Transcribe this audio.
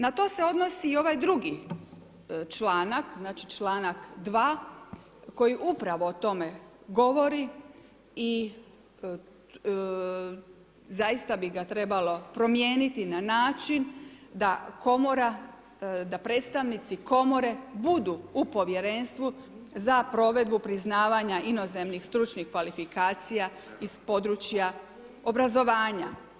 Na to se odnosi i ovaj drugi članak, znači članak 2. koji upravo o tome govori i zaista bi ga trebalo promijeniti na način da Komora, da predstavnici Komore budu u Povjerenstvu za provedbu priznavanja inozemnih stručnih kvalifikacija iz područja obrazovanja.